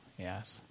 Yes